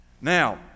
Now